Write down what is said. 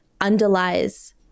underlies